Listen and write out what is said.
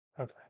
Okay